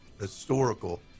historical